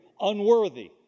unworthy